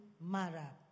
Mara